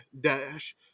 dash